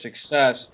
success